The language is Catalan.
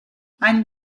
any